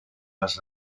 las